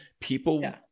people